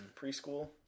preschool